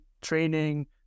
training